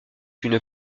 une